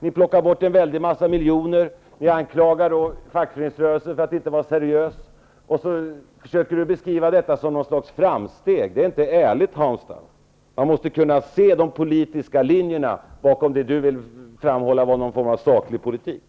Ni plockar bort ett antal miljoner. Ni anklagar fackföreningsrörelsen för att inte vara seriös och försöker beskriva detta som något slags framsteg. Det är inte ärligt, Hans Dau. Man måste kunna se de politiska linjerna bakom det som Hans Dau vill framhålla som någon form av saklig politik.